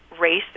race